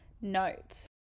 notes